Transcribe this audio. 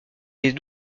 des